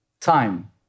time